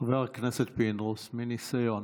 חבר הכנסת פינדרוס, מניסיון,